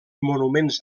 monuments